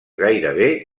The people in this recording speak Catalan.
gairebé